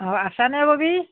অঁ আছানে ববী